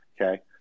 okay